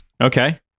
Okay